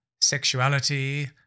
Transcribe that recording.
Sexuality